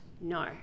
No